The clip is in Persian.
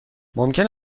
ممکن